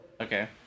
Okay